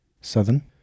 Southern